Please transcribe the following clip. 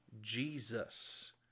Jesus